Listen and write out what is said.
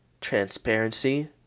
Transparency